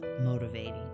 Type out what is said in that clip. motivating